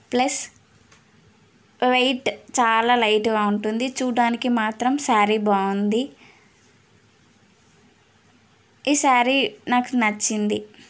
plus weight చాలా లైట్గా ఉంటుంది చూడటానికి మాత్రం స్యారీ బాగుంది ఈ స్యారీ నాకు నచ్చింది